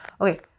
Okay